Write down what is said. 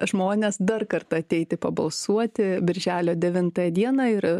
žmones dar kartą ateiti pabalsuoti birželio devintą dieną ir